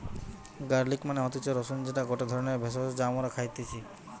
garlic মানে হতিছে রসুন যেটা গটে ধরণের ভেষজ যা মরা খাইতেছি